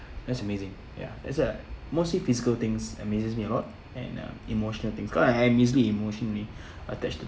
that's amazing ya it's like mostly physical things amazes me lot and uh emotional thing cause I am easily emotionally attached to